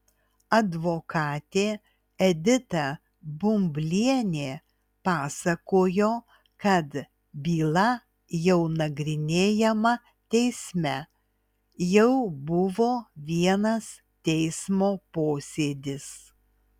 advokatė edita bumblienė pasakojo kad byla jau nagrinėjama teisme jau buvo vienas teismo posėdis